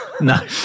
No